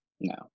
No